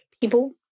people